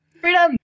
Freedom